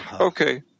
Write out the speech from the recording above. Okay